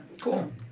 Cool